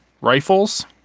rifles